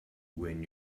when